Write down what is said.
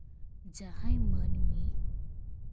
ᱡᱟᱦᱟᱸᱭ ᱢᱟᱹᱱᱢᱤ